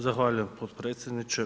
Zahvaljujem potpredsjedniče.